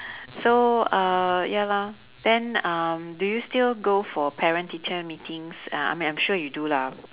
so uh ya lah then um do you still go for parent teacher meetings uh I mean I'm sure you do lah